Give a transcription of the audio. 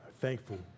thankful